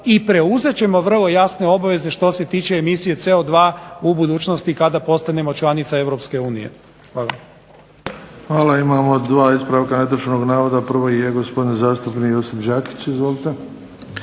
i preuzet ćemo vrlo jasne obveze što se tiče emisije CO2 u budućnosti kada postanemo članica Europske unije. Hvala. **Bebić, Luka (HDZ)** Hvala. Imamo dva ispravka netočnog navoda, prvo je gospodin zastupnik Josip Đakić izvolite.